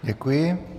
Děkuji.